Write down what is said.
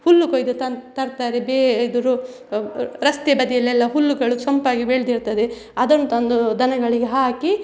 ಹುಲ್ಲು ಕೊಯ್ದು ತನ್ ತರ್ತಾರೆ ಬೇ ಎದುರು ರಸ್ತೆ ಬದಿಯಲೆಲ್ಲ ಹುಲ್ಲುಗಳು ಸೊಂಪಾಗಿ ಬೆಳೆದಿರ್ತದೆ ಅದನ್ನು ತಂದು ದನಗಳಿಗೆ ಹಾಕಿ